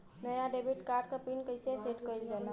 नया debit card क PIN कईसे सेट कईल जाला?